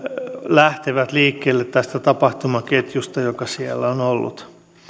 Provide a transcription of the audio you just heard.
lähtevät liikkeelle tästä tapahtumaketjusta joka siellä on ollut